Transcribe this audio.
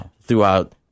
throughout